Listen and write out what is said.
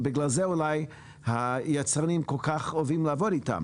בגלל זה אולי היצרנים כל כך אוהבים לעבוד איתם,